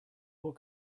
what